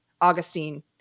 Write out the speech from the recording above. Augustine